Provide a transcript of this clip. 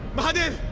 mahadev.